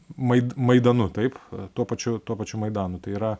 maid maidanu taip tuo pačiu tuo pačiu maidanu tai yra